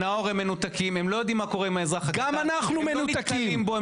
הם מנותקים, הם לא יודעים מה קורה עם האזרח הקטן.